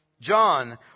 John